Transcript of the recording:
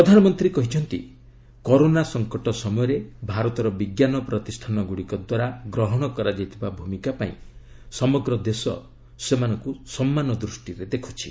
ପ୍ରଧାନମନ୍ତ୍ରୀ କହିଛନ୍ତି କରୋନା ସଂକଟ ସମୟରେ ଭାରତର ବିଜ୍ଞାନ ପ୍ରତିଷାନ ଗୁଡ଼ିକ ଦ୍ୱାରା ଗ୍ରହଣ କରାଯାଇଥିବା ଭୂମିକା ପାଇଁ ସମଗ୍ର ଦେଶ ସେମାନଙ୍କୁ ସମ୍ମାନ ଦୂଷ୍ଟିରେ ଦେଖୁଛି